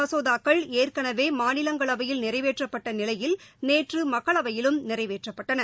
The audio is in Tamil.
மசோதாக்கள் ஏற்கனவே மாநிலங்களவையில் நிறைவேற்றப்பட்ட நிலையில் நேற்று இந்த மக்களவையிலும் நிறைவேற்றப்பட்டன